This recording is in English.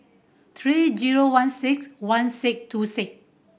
three zero one six one six two six